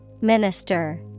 Minister